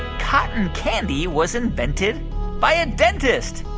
cotton candy was invented by a dentist?